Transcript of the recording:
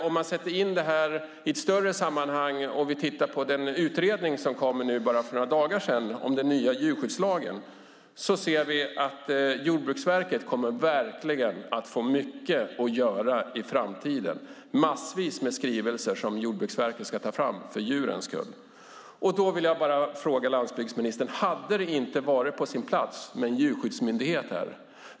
Om man sätter in detta i ett större sammanhang och tittar på den utredning om den nya djurskyddslagen som kom för bara några dagar sedan kan vi se att Jordbruksverket verkligen kommer att få mycket att göra i framtiden. Det är massvis med skrivelser som Jordbruksverket ska ta fram för djurens skull. Då vill jag fråga landsbygdsministern: Hade det inte varit på sin plats med en djurskyddsmyndighet här?